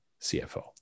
CFO